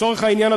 לצורך העניין,